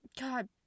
God